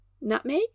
nutmeg